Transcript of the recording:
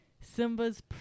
Simba's